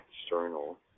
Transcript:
external